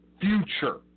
future